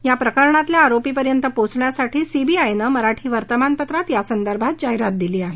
या प्रकरणातल्या आरोपीपर्यंत पोहोचण्यासाठी सीबीआयने मराठी वर्तमानपत्रात यासंदर्भात जाहिरात दिली आहे